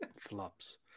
Flops